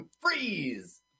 Freeze